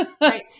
Right